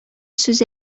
сүз